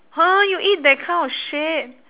!huh! you eat that kind of shit